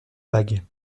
bague